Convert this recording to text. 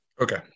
Okay